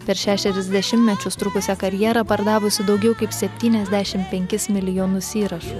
per šešerius dešimtmečius trukusią karjerą pardavusi daugiau kaip septyniasdešim penkis milijonus įrašų